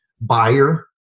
buyer